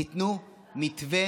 תיתנו מתווה